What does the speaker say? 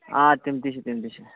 آ تِم تہِ چھِ تِم تہِ چھِ